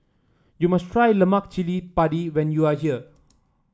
you must try Lemak Cili Padi when you are here